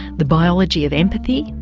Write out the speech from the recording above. the biology of empathy,